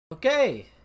Okay